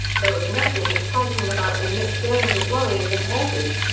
there was nothing exciting about the knicks playing the warriors in hershey.